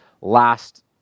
last